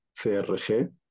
CRG